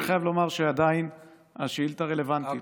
אני חייב לומר שעדיין השאילתה רלוונטית.